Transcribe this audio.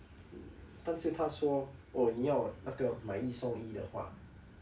mm 但是他说 oh 你要那个买一送一的话